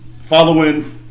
following